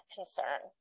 concern